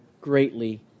greatly